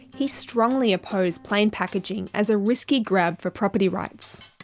he strongly opposed plain packaging as a risky grab for property rights.